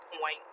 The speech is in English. point